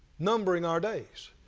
numbering our days.